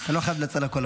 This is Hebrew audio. לא חייב לנצל הכול.